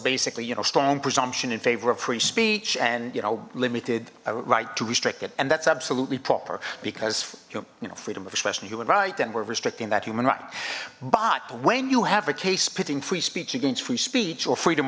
basically you know strong presumption in favor of free speech and you know limited right to restrict it and that's absolutely proper because you know freedom of expression human right and we're restricting that human right but when you have a case pitting free speech against free speech or freedom